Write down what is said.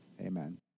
Amen